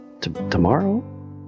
tomorrow